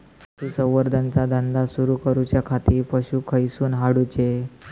पशुसंवर्धन चा धंदा सुरू करूच्या खाती पशू खईसून हाडूचे?